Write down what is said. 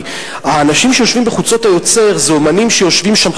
כי האנשים שיושבים ב"חוצות היוצר" הם אמנים שיושבים שם,